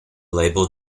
label